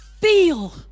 Feel